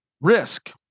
Risk